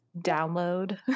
download